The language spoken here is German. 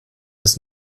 ist